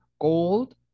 gold